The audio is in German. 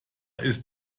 ist